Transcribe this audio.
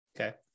Okay